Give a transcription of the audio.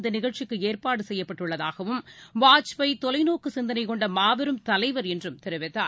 இந்த நிகழ்ச்சிக்கு ஏற்பாடு செய்யப்பட்டுள்ளதாகவும் வாஜ்பாய் தொலைநோக்கு சிந்தனை கொண்ட மாபெரும் தலைவர் என்றும் தெரிவித்தார்